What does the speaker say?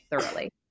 thoroughly